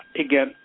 again